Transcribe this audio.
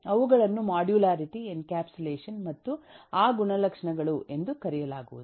ಅವುಗಳನ್ನು modularity encapsulation ಮತ್ತು ಆ ಎಲ್ಲಾ ಗುಣಲಕ್ಷಣಗಳು ಎಂದು ಕರೆಯಲಾಗುವುದು